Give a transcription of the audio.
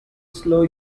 slow